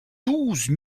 douze